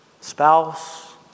spouse